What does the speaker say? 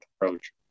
approach